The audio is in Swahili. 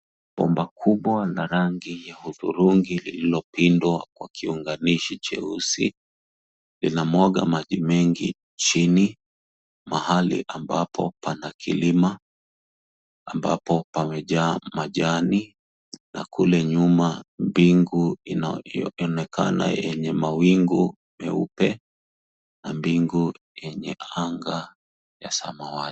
Bomba kubwa la rangi ya hudhurungi lilopindwa kwa kiunganishi cheusi ,linamwaga maji mengi chini mahali ambapo pana kilima ambapo pamejaa majani na kule nyuma mbingu inavyoonekana yenye mawingu meupe na mbingu yenye anga ya samawati.